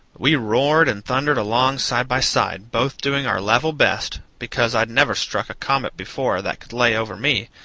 we roared and thundered along side by side, both doing our level best, because i'd never struck a comet before that could lay over me,